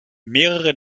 mehrere